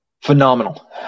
phenomenal